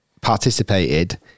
participated